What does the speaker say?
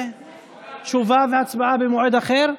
תשובה והצבעה במועד אחר?